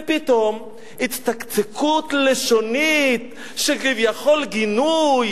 ופתאום הצטקצקות לשונית שכביכול גינוי,